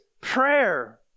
prayer